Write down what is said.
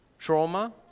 Trauma